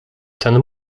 ten